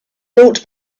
built